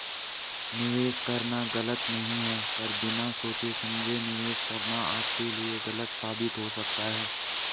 निवेश करना गलत नहीं है पर बिना सोचे समझे निवेश करना आपके लिए गलत साबित हो सकता है